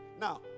Now